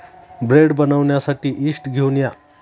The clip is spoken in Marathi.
ब्रेड बनवण्यासाठी यीस्ट घेऊन या